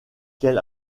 quel